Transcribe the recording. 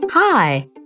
Hi